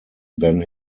than